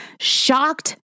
shocked